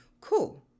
Cool